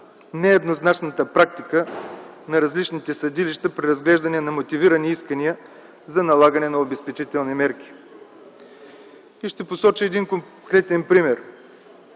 не еднозначната практика на различните съдилища при разглеждане на мотивирани искания за налагане на обезпечителни мерки. Ще посоча конкретен пример.